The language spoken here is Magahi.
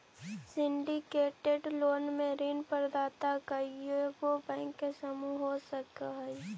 सिंडीकेटेड लोन में ऋण प्रदाता कइएगो बैंक के समूह हो सकऽ हई